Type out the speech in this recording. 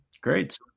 Great